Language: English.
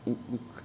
i~ it cr~